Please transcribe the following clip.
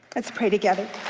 let's pray together.